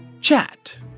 Chat